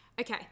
Okay